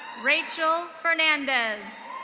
rachel fernandez.